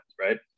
right